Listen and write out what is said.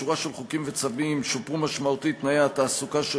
בשורה של חוקים וצווים שופרו משמעותית תנאי התעסוקה של